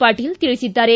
ಪಾಟೀಲ ತಿಳಿಸಿದ್ದಾರೆ